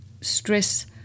stress